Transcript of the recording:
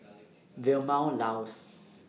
Vilma Laus